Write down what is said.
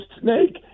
snake